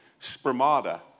Spermata